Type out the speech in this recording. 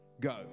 Go